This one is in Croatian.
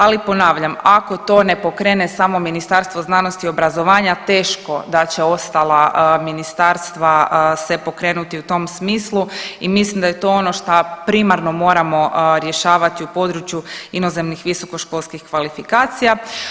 Ali ponavljam, ako to ne pokrene samo Ministarstvo znanosti i obrazovanja, teško da će ostala ministarstva se pokrenuti u tom smislu i mislim da je to ono šta primarno moramo rješavati u području inozemnih visokoškolskih kvalifikacija.